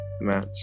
match